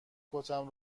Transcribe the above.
کتم